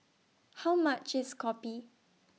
How much IS Kopi